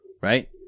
right